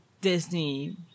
Disney-